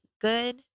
good